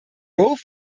both